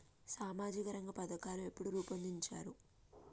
సామాజిక రంగ పథకాలు ఎప్పుడు రూపొందించారు?